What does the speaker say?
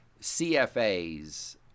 CFA's